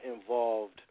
involved